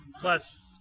plus